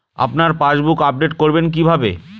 আপনার passbook update করবেন কিভাবে?